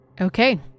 Okay